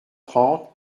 trente